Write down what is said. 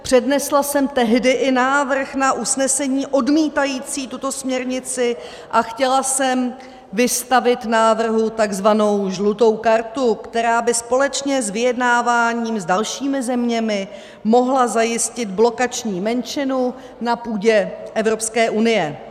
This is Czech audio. Přednesla jsem tehdy i návrh na usnesení odmítající tuto směrnici a chtěla jsem vystavit návrhu takzvanou žlutou kartu, která by společně s vyjednáváním s dalšími zeměmi mohla zajistit blokační menšinu na půdě Evropské unie.